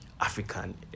African